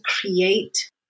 create